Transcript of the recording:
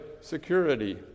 security